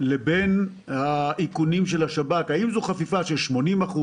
לבין האיכונים של השב"כ היא חפיפה של 80%?